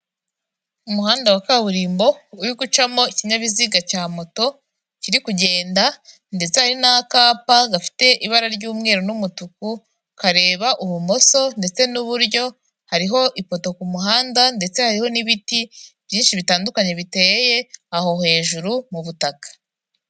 Ubu ni uburyo bwiza buri mu Rwanda kandi bumazemo igihe, buzwi nka manigaramu cyangwa wesiterini yuniyoni ubu buryo rero bumaze igihe bufasha abantu kohereza amafaranga mu mahanga cyangwa kubikuza amafaranga bohererejwe n'umuntu uri mu mahanga mu buryo bwiza kandi bwihuse, kandi bufite umutekano k'uko bimenyerewe hano mu urwanda.